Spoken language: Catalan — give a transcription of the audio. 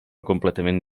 completament